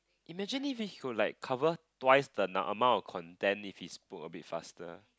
imagine if he could like cover twice the num~ amount of content if he spoke a bit faster